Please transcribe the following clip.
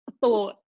thought